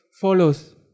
follows